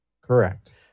Correct